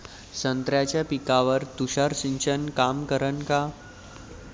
संत्र्याच्या पिकावर तुषार सिंचन काम करन का?